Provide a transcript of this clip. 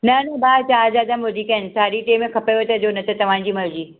न न भाउ चार हज़ार वधीक आहिनि साढी टे में खपेव त ॾियो न त तव्हांजी मर्ज़ी